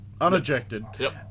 unejected